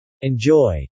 Enjoy